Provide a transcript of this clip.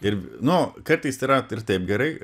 ir nu kartais yra ir taip gerai